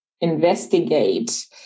investigate